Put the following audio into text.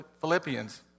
Philippians